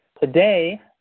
Today